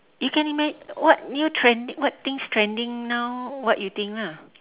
you can imagine what new trend what things trending now what you think lah